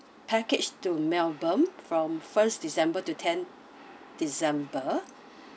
package to melbourne from first december to ten december